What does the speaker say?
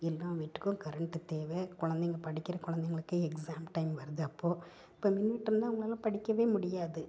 எல்லா வீட்டுக்கும் கரண்ட்டு தேவை கொழந்தைங்க படிக்கிற கொழந்தைங்களுக்கு எக்ஸாம் டைம் வருது அப்போது இப்போ மின்வெட்டு இருந்தால் அவங்களால் படிக்கவே முடியாது